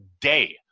day